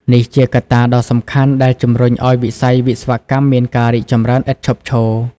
នេះជាកត្តាដ៏សំខាន់ដែលជំរុញឲ្យវិស័យវិស្វកម្មមានការរីកចម្រើនឥតឈប់ឈរ។